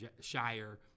Shire –